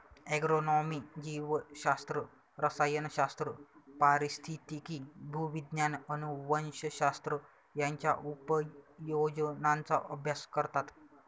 agronomy जीवशास्त्र, रसायनशास्त्र, पारिस्थितिकी, भूविज्ञान, अनुवंशशास्त्र यांच्या उपयोजनांचा अभ्यास करतात